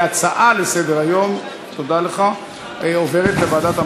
ההצעה עוברת לוועדה.